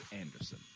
Anderson